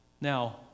Now